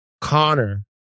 Connor